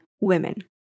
women